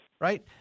Right